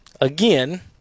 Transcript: again